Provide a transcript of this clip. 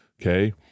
Okay